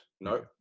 No